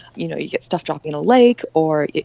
you know, you get stuff dropped in a lake or,